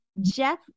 Jeff